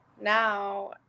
now